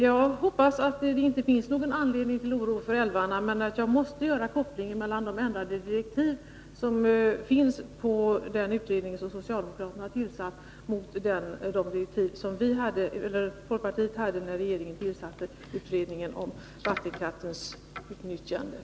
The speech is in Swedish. Jag hoppas att det inte finns någon anledning till oro för älvarna, men jag måste göra kopplingen med ändringen av direktiven för den utredning som socialdemokraterna tillsatt jämfört med de direktiv som mittenregeringen utfärdade när den tillsatte utredningen av vattenkraftens utnyttjande.